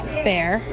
spare